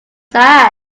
sad